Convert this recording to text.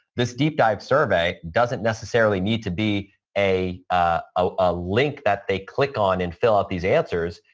this deep dive survey doesn't necessarily need to be a ah link that they click on and fill up these answers.